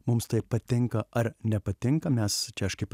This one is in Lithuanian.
mums tai patinka ar nepatinka mes čia aš kaip